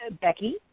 Becky